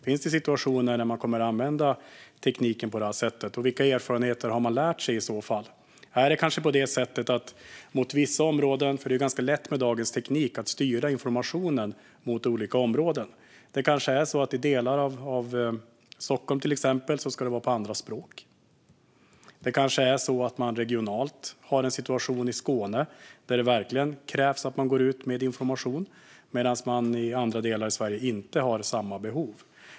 Finns det situationer där man kommer att använda tekniken på det här sättet, och vilka erfarenheter har man i så fall gjort? Med dagens teknik är det ganska lätt att styra informationen mot olika områden. Det kanske är så att den till exempel i delar av Stockholm ska vara på andra språk. Det kanske är så att man regionalt, till exempel i Skåne, har en situation där det verkligen krävs att man går ut med information medan man i andra delar av Sverige inte har samma behov.